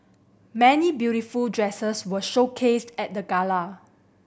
many beautiful dresses were showcased at the gala